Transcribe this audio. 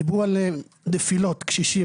דיברו כאן על נפילות קשישים,